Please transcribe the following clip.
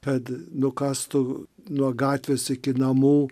kad nukastų nuo gatvės iki namų